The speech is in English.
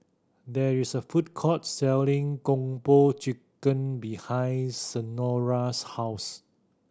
there is a food court selling Kung Po Chicken behind Senora's house